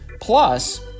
plus